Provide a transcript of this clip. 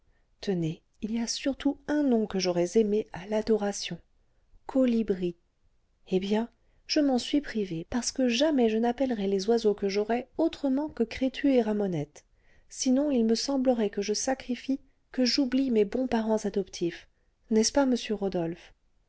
tenez il y a surtout un nom que j'aurais aimé à l'adoration colibri eh bien je m'en suis privée parce que jamais je n'appellerai les oiseaux que j'aurai autrement que crétu et ramonette sinon il me semblerait que je sacrifie que j'oublie mes bons parents adoptifs n'est-ce pas monsieur rodolphe